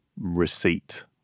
receipt